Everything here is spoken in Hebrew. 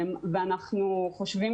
אנחנו חושבים